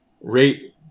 Rate